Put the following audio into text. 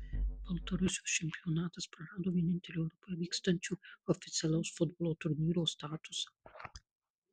baltarusijos čempionatas prarado vienintelio europoje vykstančio oficialaus futbolo turnyro statusą